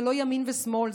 זה לא ימין ושמאל,